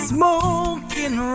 Smoking